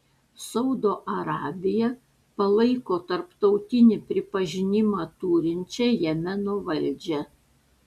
saudo arabija palaiko tarptautinį pripažinimą turinčią jemeno valdžią